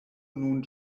nun